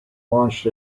launched